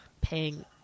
paying